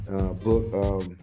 Book